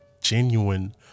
genuine